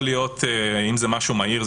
אם זה משהו מהיר,